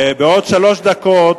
בעוד שלוש דקות,